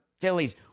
Phillies